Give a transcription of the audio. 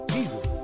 Jesus